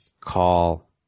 call